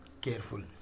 careful